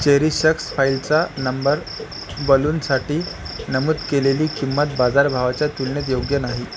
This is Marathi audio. चेरीशक्स फाइलचा नंबर बलूनसाठी नमूद केलेली किंमत बाजारभावाच्या तुलनेत योग्य नाही